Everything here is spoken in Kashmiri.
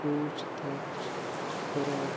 پوٗچھ تاچھ کران